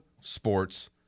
Sports